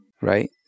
right